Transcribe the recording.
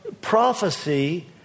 prophecy